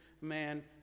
man